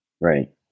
Right